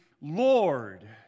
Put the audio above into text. Lord